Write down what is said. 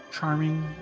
charming